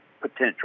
potential